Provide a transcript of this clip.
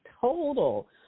total